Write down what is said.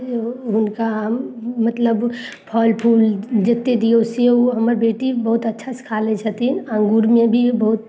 हुनका हम मतलब फल फूल जते दियौ से हमर बेटी बहुत अच्छासँ खा लै छथिन अङ्गूरमे भी बहुत